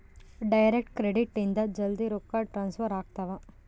direct credit ಇಂದ ಜಲ್ದೀ ರೊಕ್ಕ ಟ್ರಾನ್ಸ್ಫರ್ ಆಗ್ತಾವ